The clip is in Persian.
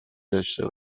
داشته